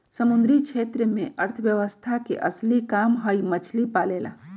समुद्री क्षेत्र में अर्थव्यवस्था के असली काम हई मछली पालेला